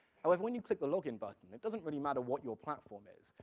however, when you click the login button, it doesn't really matter what your platform is.